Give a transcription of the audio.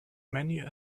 many